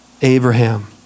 Abraham